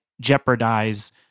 jeopardize